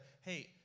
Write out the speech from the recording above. Hey